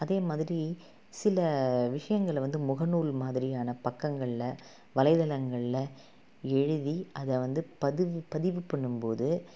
அதே மாதிரி சில விஷயங்களை வந்து முகநூல் மாதிரியான பக்கங்களில் வலைத்தளங்களில் எழுதி அதை வந்து பதிவு பதிவு பண்ணும்போது